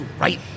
right